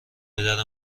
پدر